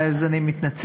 אז אני מתנצלת,